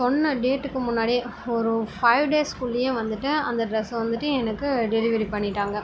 சொன்ன டேட்க்கு முன்னாடியே ஒரு ஃபைவ் டேஸ்க்குள்ளையே வந்துவிட்டு அந்த ட்ரெஸ்ஸை வந்துவிட்டு எனக்கு டெலிவரி பண்ணிவிட்டாங்க